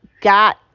got